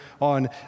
on